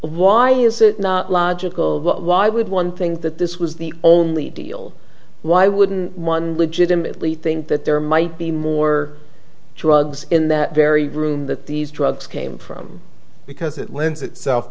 why is it not logical why would one think that this was the only deal why wouldn't one legitimately think that there might be more drugs in that very room that these drugs came from because it lends itself